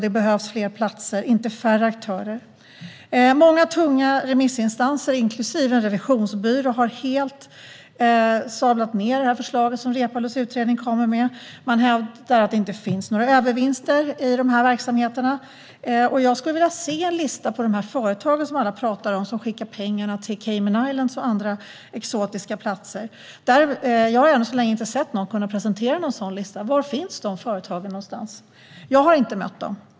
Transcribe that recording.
Det behövs fler platser, inte färre aktörer. Många tunga remissinstanser, inklusive en revisionsbyrå, har helt sablat ned det förslag som Reepalus utredning har lagt fram. Man hävdar att det inte finns några övervinster i verksamheterna. Jag skulle vilja se en lista på de företag som alla pratar om som skickar pengarna till Cayman Islands och andra exotiska platser. Jag har ännu så länge inte sett någon sådan listan presenterad. Var finns de företagen någonstans? Jag har inte mött dem.